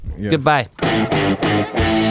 Goodbye